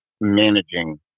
managing